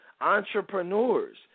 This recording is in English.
entrepreneurs